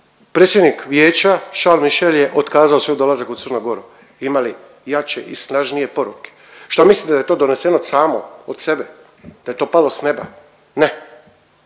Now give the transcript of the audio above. predsjednik Vijeća Charles Michael je otkazao svoj dolazak u CG. Ima li jače i snažnije poruke? Što mislite da je to doneseno samo od sebe? Da je to palo s neba? Ne.